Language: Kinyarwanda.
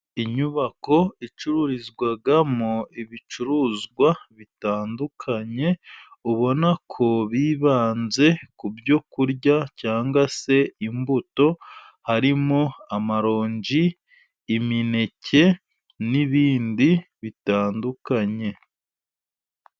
Inyubako icururizwamo ibicuruzwa bitandukanye, ubona ko bibanze ku byo kurya cyangwa se imbuto, harimo amaronji, imineke n'ibindi bitandukanye.